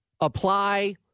apply